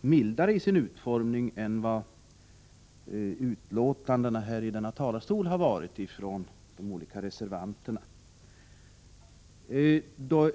mildare i sin utformning än uttalandena i denna talarstol varit från från olika reservanter.